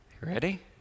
Ready